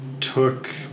took